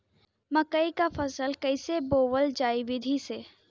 मकई क फसल कईसे बोवल जाई विधि से?